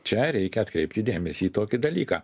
čia reikia atkreipti dėmesį į tokį dalyką